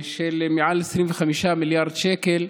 של מעל 25 מיליארד שקל.